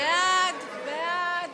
ההסתייגות